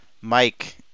Mike